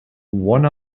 one